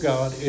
God